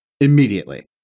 immediately